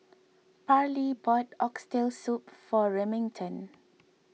Parley bought Oxtail Soup for Remington